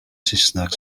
saesneg